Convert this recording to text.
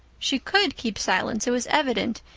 she could keep silence, it was evident,